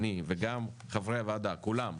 אני וגם חברי הוועדה כולם,